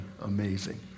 amazing